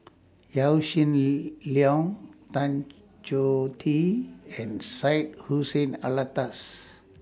Yaw Shin Leong Tan Choh Tee and Syed Hussein Alatas